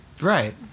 right